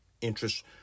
interest